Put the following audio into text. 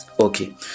Okay